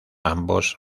ambos